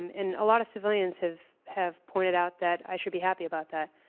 um and a lot of civilians have have pointed out that i should be happy about that.